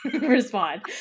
respond